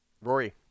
Rory